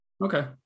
okay